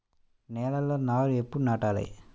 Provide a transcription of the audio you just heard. నేలలో నారు ఎప్పుడు నాటాలి?